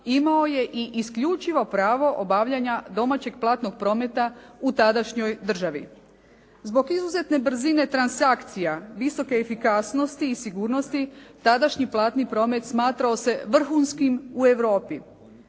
imao je i isključivo pravo obavljanja domaćeg platnog prometa u tadašnjoj državi. Zbog izuzetne brzine transakcija, visoke efikasnosti i sigurnosti tadašnji platni promet smatrao se vrhunskim u Europi.